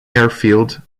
airfield